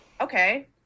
okay